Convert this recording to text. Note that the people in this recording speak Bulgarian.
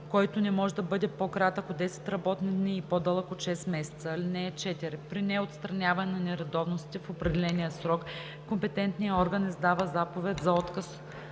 който не може да бъде по-кратък от 10 работни дни и по-дълъг от 6 месеца. (4) При неотстраняване на нередовностите в определения срок, компетентният орган издава заповед за отказ